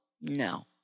No